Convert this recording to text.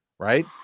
Right